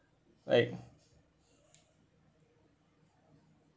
like